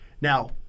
Now